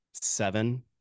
Seven